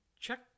check